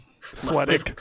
Sweating